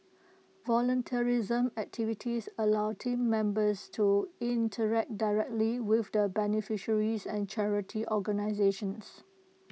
volunteerism activities allow Team Members to interact directly with the beneficiaries and charity organisations